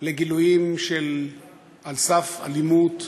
לגילויים על סף של אלימות,